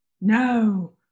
No